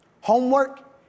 Homework